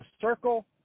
circle